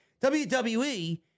wwe